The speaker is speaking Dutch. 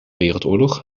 wereldoorlog